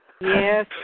Yes